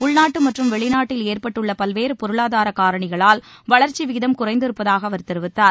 உள்நாட்டு மற்றும் வெளிநாட்டில் ஏற்பட்டுள்ள பல்வேறு பொருளாதார காரணிகளால் வளர்ச்சி விகிதம் குறைந்திருப்பதாக அவர் தெரிவித்தார்